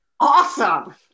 awesome